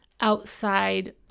outside